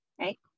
right